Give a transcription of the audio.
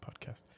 podcast